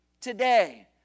today